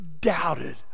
doubted